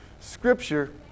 scripture